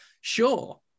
Sure